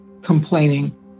Complaining